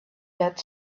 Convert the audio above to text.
that